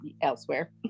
elsewhere